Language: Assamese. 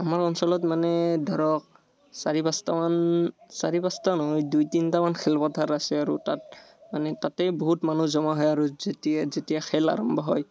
আমাৰ অঞ্চলত মানে ধৰক চাৰি পাঁচটা মান চাৰি পাঁচটা নহয় দুই তিনিটা মান খেলপথাৰ আছে আৰু তাত মানে তাতেই বহুত মানুহ জমা হয় আৰু যেতিয়া যেতিয়া খেল আৰম্ভ হয়